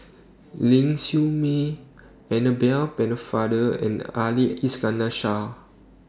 Ling Siew May Annabel Pennefather and Ali Iskandar Shah